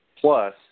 Plus